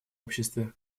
обществе